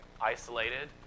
isolated